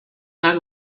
not